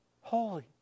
Holy